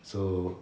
so